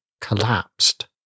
collapsed